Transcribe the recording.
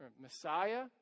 Messiah